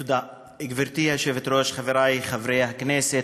גברתי היושבת-ראש, חבריי חברי הכנסת,